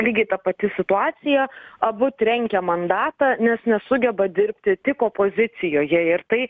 lygiai ta pati situacija abu trenkia mandatą nes nesugeba dirbti tik opozicijoje ir tai